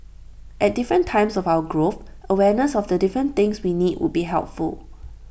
at different times of our growth awareness of the different things we need would be helpful